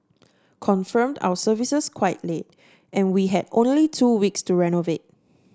confirmed our services quite late and we had only two weeks to renovate